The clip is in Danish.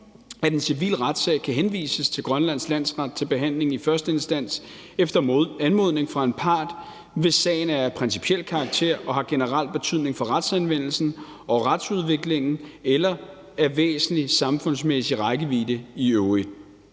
at en civil retssag kan henvises til Grønlands landsret til behandling i første instans efter anmodning fra en part, hvis sagen er af principiel karakter og den har generel betydning for retsanvendelsen og retsudviklingen eller den er af væsentlig samfundsmæssig rækkevidde i øvrigt.